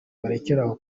bajya